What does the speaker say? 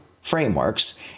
frameworks